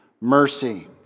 mercy